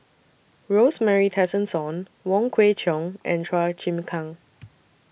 Rosemary Tessensohn Wong Kwei Cheong and Chua Chim Kang